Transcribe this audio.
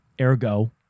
Ergo